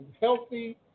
healthy